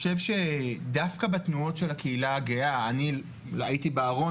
דווקא בתנועות של הקהילה הגאה אני הייתי בארון